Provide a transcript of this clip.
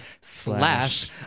slash